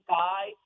guy